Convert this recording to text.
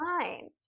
fine